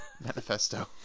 Manifesto